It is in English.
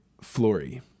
flory